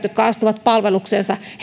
jotka astuvat palvelukseensa